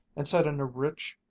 and said in a rich,